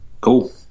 cool